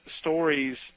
stories